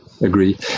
agree